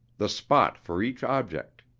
the spot for each object.